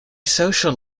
social